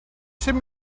some